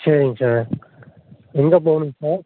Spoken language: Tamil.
சரிங்க சார் எங்கப் போகணுங்க சார்